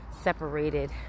separated